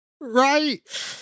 right